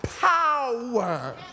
power